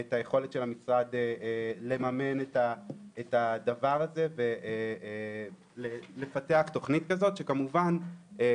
את היכולת של המשרד לממן את הדבר הזה ולפתח תכנית כזאת שתיתן